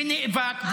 ונאבק,